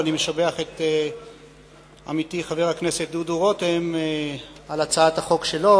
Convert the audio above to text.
ואני משבח את עמיתי חבר הכנסת דודו רותם על הצעת החוק שלו.